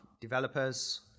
developers